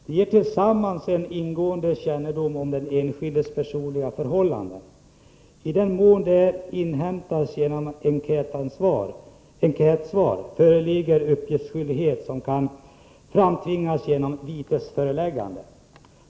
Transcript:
De ger tillsammans en ingående kännedom om den enskildes personliga förhållanden. I den mån de inhämtas genom enkätsvar föreligger uppgiftsskyldighet, som kan framtvingas genom vitesföreläggande.